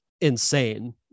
insane